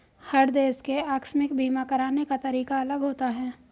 हर देश के आकस्मिक बीमा कराने का तरीका अलग होता है